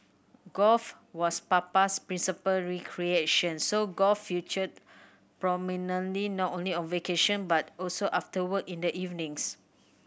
golf was Papa's principal recreation so golf featured prominently not only on vacation but also after work in the evenings